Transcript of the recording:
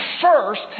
first